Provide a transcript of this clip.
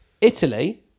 Italy